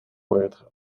werd